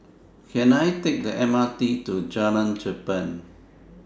Can I Take The M R T to Jalan Cherpen